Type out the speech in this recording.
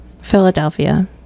Philadelphia